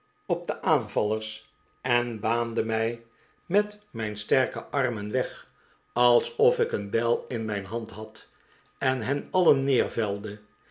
op de aanvallers en baande mij met mijn sterken arm een weg alsof ik een bijl in mijn hand had en hen alien